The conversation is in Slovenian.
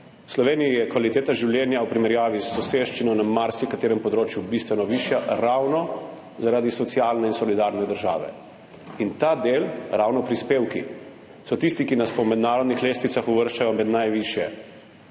V Sloveniji je kvaliteta življenja v primerjavi s soseščino na marsikaterem področju bistveno višja ravno zaradi socialne in solidarne države. In ta del, ravno prispevki so tisti, ki nas po mednarodnih lestvicah uvrščajo med države